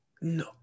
No